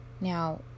Now